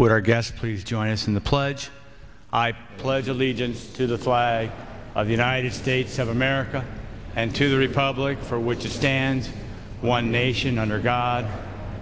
what our guest please join us in the pledge i pledge allegiance to the flag of the united states of america and to the republic for which it stands one nation under god